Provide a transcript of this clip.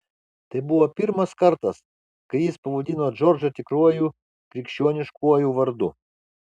tai buvo pirmas kartas kai jis pavadino džordžą tikruoju krikščioniškuoju vardu